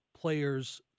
players